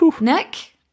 Nick